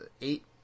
eight